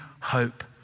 hope